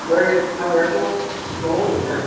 आमफ्राय हाबायाथ' बिसिबाङाव होन्दोंमोनलाय